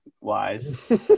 wise